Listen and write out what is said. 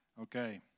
Okay